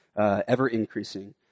ever-increasing